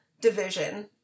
division